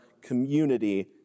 community